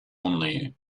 only